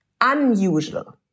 unusual